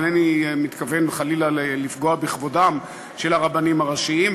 אינני מתכוון חלילה לפגוע בכבודם של הרבנים הראשיים,